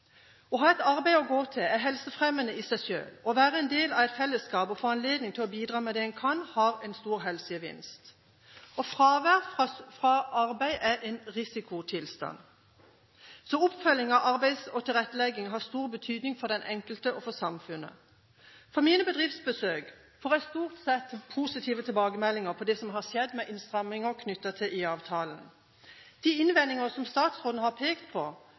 Å ha et arbeid å gå til er helsefremmende i seg selv. Å være en del av et fellesskap og få anledning til å bidra med det en kan, har en stor helsegevinst. Fravær fra arbeid er en risikotilstand. Så oppfølging i arbeid og tilrettelegging har stor betydning for den enkelte og for samfunnet. Fra mine bedriftsbesøk får jeg stort sett positive tilbakemeldinger på de innstramminger som har skjedd knyttet til IA-avtalen. De innvendinger som statsråden har pekt på,